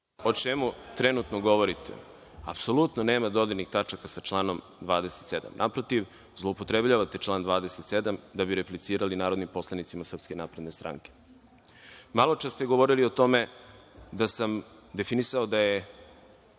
o čemu trenutno govorite apsolutno nema dodirnih tačaka sa članom 27. Naprotiv, zloupotrebljavate član 27. da bi replicirali narodnim poslanicima SNS.Maločas ste govorili o tome da sam definisao da je